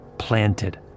planted